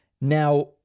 now